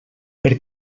per